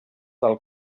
del